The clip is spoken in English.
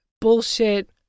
bullshit